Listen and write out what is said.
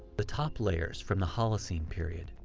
the top layers from the holocene period,